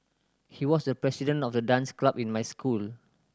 he was the president of the dance club in my school